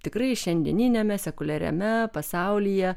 tikrai šiandieniniame sekuliariame pasaulyje